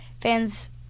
fans